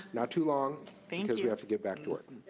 not too long, because we have to get back to work.